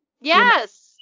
Yes